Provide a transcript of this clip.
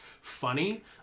funny